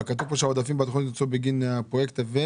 אבל כתוב פה שהעודפים בתוכנית הוצאו בגין הפרויקט הזה,